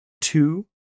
two